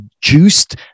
juiced